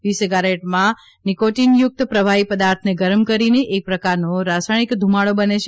ઇ સિગારેટમાં નિકાટિનયુક્ત પ્રવાહી પદાર્થોને ગરમ કરીને એક પ્રકારનો રાસાયણિક ધૂમાડો બને છે